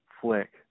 flick